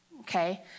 Okay